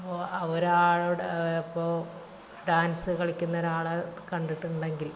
അപ്പൊ അവരുടെ ഇപ്പോൾ ഡാൻസ് കളിക്കുന്ന ഒരാളെ കണ്ടിട്ടുണ്ടെങ്കിൽ